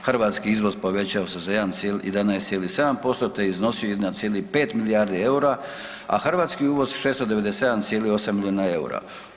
Hrvatski izvoz povećao se za 11,7%, te je iznosio 1,5 milijardi EUR-a, a hrvatski uvoz 697,8 milijuna EUR-a.